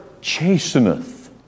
chasteneth